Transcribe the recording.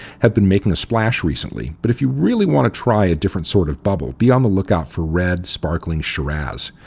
have been making a splash recently, but if you really want to try a different sort of bubble, be on the lookout for red, sparkling shiraz,